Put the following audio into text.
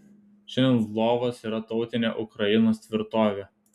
šiandien lvovas yra tautinė ukrainos tvirtovė